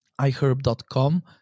iherb.com